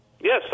Yes